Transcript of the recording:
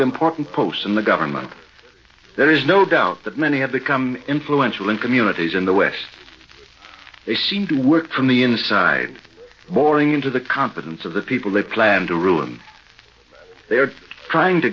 important posts in the government there is no doubt that many have become influential in communities in the west they seem to work from the inside morning into the confidence of the people they plan to ruin they are trying to